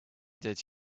that